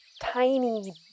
Tiny